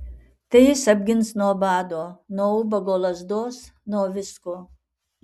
tai jis apgins nuo bado nuo ubago lazdos nuo visko